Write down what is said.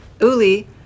Uli